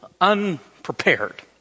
unprepared